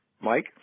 Mike